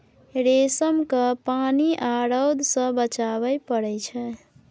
रेशम केँ पानि आ रौद सँ बचाबय पड़इ छै